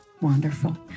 Wonderful